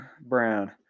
Brown